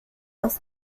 aus